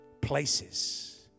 places